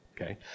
Okay